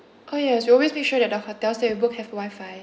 oh yes we always make sure that the hotels that we book have wi-fi